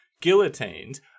guillotined